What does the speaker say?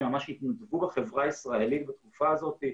ממש התנדבו בחברה הישראלית בתקופה הזאת,